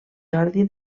jordi